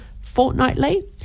fortnightly